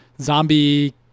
zombie